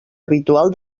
habitual